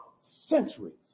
centuries